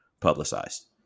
publicized